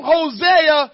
Hosea